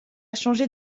changé